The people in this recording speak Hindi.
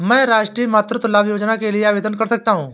क्या मैं राष्ट्रीय मातृत्व लाभ योजना के लिए आवेदन कर सकता हूँ?